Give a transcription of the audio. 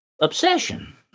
obsession